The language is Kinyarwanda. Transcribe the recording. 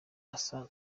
asa